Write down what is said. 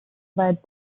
led